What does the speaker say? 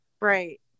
right